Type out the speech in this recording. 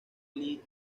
lee